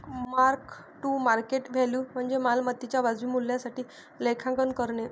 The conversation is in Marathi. मार्क टू मार्केट व्हॅल्यू म्हणजे मालमत्तेच्या वाजवी मूल्यासाठी लेखांकन करणे